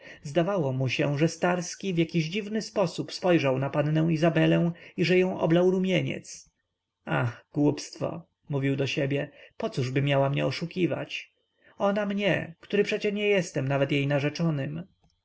zdawało mu się że starski w jakiś dziwny sposób spojrzał na pannę izabelę i że ją oblał rumieniec ach głupstwo mówił do siebie pocóż miałaby mnie oszukiwać ona mnie który przecie nie jestem nawet jej narzeczonym